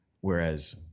whereas